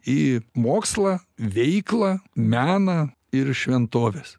į mokslą veiklą meną ir šventoves